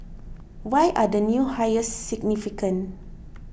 why are the new hires significant